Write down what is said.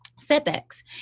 setbacks